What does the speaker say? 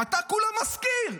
אתה כולה מזכיר.